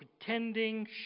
pretending